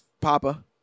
Papa